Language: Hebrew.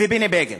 ובני בגין.